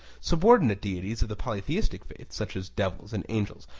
subordinate deities of the polytheistic faith, such as devils and angels,